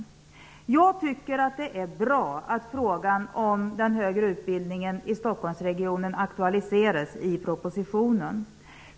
Jag tycker att det är bra att frågan om den högre utbildningen i Stockholmsregionen aktualiseras i propositionen.